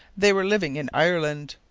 they were living in ireland.